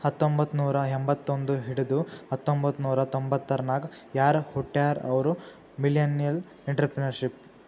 ಹತ್ತಂಬೊತ್ತ್ನೂರಾ ಎಂಬತ್ತೊಂದ್ ಹಿಡದು ಹತೊಂಬತ್ತ್ನೂರಾ ತೊಂಬತರ್ನಾಗ್ ಯಾರ್ ಹುಟ್ಯಾರ್ ಅವ್ರು ಮಿಲ್ಲೆನಿಯಲ್ಇಂಟರಪ್ರೆನರ್ಶಿಪ್